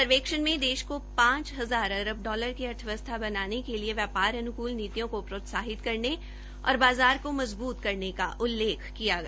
सर्वेक्षण में देश को पांच हजार अरब डॉलर की अर्थव्यवस्था बनाने के लिए व्यापार अन्कुल नीतियों को प्रोत्साहित करने और बाज़ार को मजबूत करने का उल्लेख किया गया